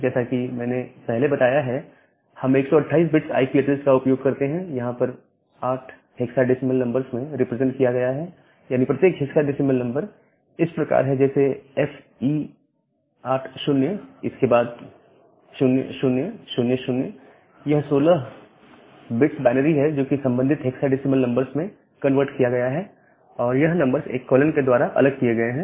जैसा कि मैंने पहले बताया है हम 128 बिट्स आईपी ऐड्रेसेस का उपयोग करते हैं यह यहां पर 8 हेक्साडेसिमल नंबर्स में रिप्रेजेंट किया गया है यानी प्रत्येक हेक्साडेसिमल नंबर इस प्रकार है जैसे FE80 इसके बाद 0000 यह 16 बिट्स बायनरी है जो कि संबंधित हेक्साडेसिमल नंबर्स में कन्वर्ट किया गया है और यह नंबर्स एक कॉलन के द्वारा अलग किए गए हैं